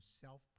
self